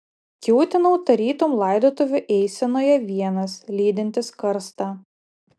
kiūtinau tarytum laidotuvių eisenoje vienas lydintis karstą